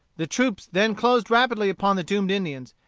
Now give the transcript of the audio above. the troops then closed rapidly upon the doomed indians,